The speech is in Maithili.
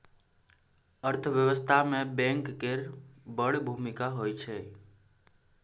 अर्थव्यवस्था मे बैंक केर बड़ भुमिका होइ छै